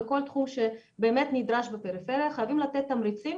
בכל תחום שבאמת נדרש בפריפריה חייבים לתת תמריצים